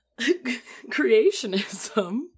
Creationism